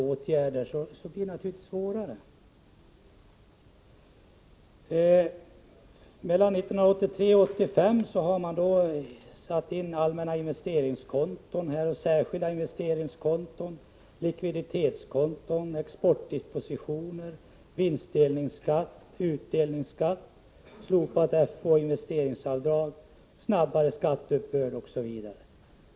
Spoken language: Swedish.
Mellan 1983 och 1985 har man satt in allmänna investeringskonton, särskilda investeringskonton, likviditetskonton, exportdispositioner, vinstdelningsskatt, utdelningsskatt, slopat investeringsavdrag, snabbare skatteuppbörd osv.